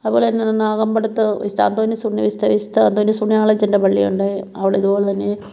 അതുപോലെ തന്നെ നാഗമ്പടത്ത് വിശുദ്ധ അന്തോണീസ് വിശുദ്ധ അന്തോണീസ് പുണ്യാളച്ചൻ്റെ പള്ളിയുണ്ട് അവിടെ ഇതുപോലെ തന്നെ